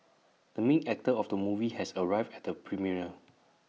the main actor of the movie has arrived at the premiere